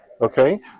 okay